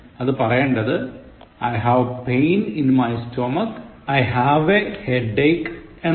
അത് പറയേണ്ടത് I have pain in my stomach I have a headache എന്നാണ്